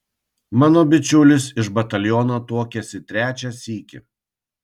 mano bičiulis iš bataliono tuokėsi trečią sykį